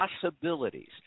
possibilities